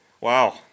Wow